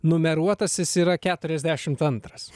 numeruotas jis yra keturiasdešimt antras